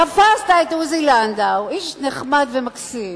תפסת את עוזי לנדאו, איש נחמד ומקסים,